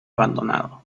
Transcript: abandonado